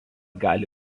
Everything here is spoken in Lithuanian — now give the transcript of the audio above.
gali